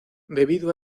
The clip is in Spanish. debido